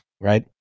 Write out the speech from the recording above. Right